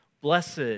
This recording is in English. blessed